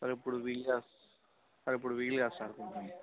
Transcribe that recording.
sir ఇప్పుడు వీలు కాదు సార్ ఇప్పుడు వీలు కాదు సార్